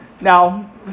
Now